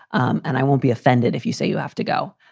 um and i won't be offended if you say you have to go.